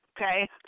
okay